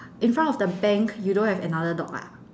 in front of the bank you don't have another dog ah